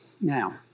Now